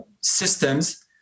systems